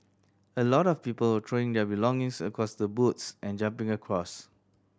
a lot of people were throwing their belongings across the boats and jumping across